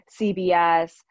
CBS